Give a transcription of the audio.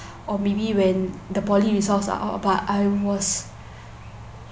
or maybe when the poly results are out but I was